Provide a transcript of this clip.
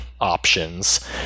options